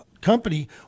company